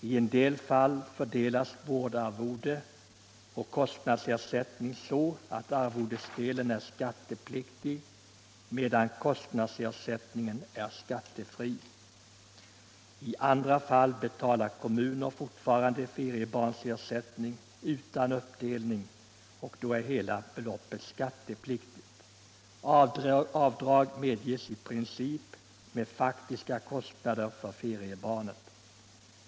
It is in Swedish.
I en del fall fördelas vårdarvode och kostnadsersättning så att arvodesdelen är skattepliktig medan kostnadsersättningen är skattefri. I andra fall betalar kommuner fortfarande feriebarnsersättning utan uppdelning, och då är hela beloppet skattepliktigt. Avdrag medges i princip med faktiska kostnader för feriebarnet.